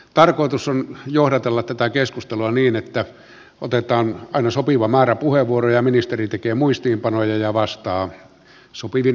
tarkoitus on johdatella tätä keskustelua niin että otetaan aina sopiva määrä puheenvuoroja ja ministeri tekee muistiinpanoja ja vastaa sopivin väliajoin